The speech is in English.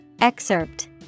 Excerpt